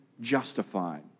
justified